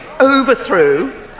overthrew